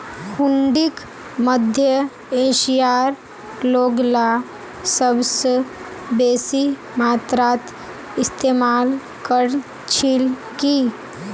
हुंडीक मध्य एशियार लोगला सबस बेसी मात्रात इस्तमाल कर छिल की